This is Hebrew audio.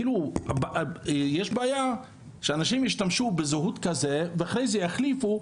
כאילו יש בעיה שאנשים ישתמשו בזהות כזאת ואחרי זה יחליפו,